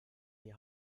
die